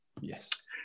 yes